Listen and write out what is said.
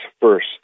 first